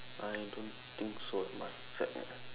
I don't think so must check wait ah